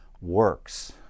works